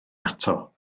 ato